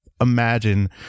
imagine